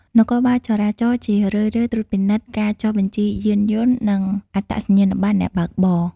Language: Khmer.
នគរបាលចរាចរណ៍ជារឿយៗត្រួតពិនិត្យការចុះបញ្ជីយានយន្ត និងអត្តសញ្ញាណប័ណ្ណអ្នកបើកបរ។